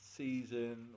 season